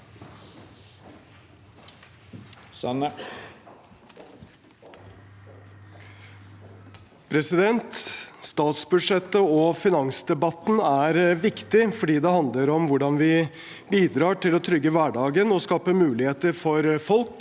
Statsbudsjettet og finansdebatten er viktig fordi det handler om hvordan vi bidrar til å trygge hverdagen og skape muligheter for folk,